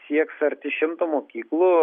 sieks arti šimto mokyklų